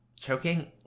Choking